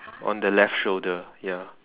on the left shoulder ya